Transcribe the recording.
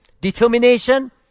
determination